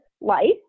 life